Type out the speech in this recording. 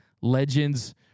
legends